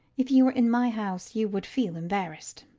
if you were in my house, you would feel embarrassed.